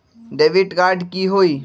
Debit card की होई?